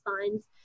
signs